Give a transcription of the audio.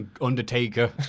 Undertaker